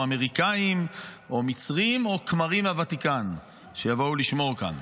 אמריקנים או כמרים מהוותיקן שיבוא לשמור כאן.